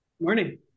Morning